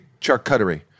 charcuterie